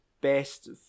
best